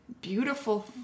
beautiful